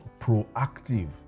proactive